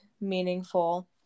meaningful